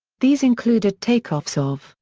these included take-offs of,